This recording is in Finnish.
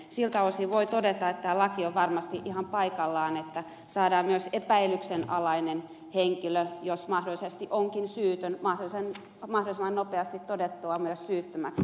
siltä osin voi todeta että laki on varmasti ihan paikallaan että saadaan myös epäilyksenalainen henkilö jos mahdollisesti onkin syytön mahdollisimman nopeasti todettua syyttömäksi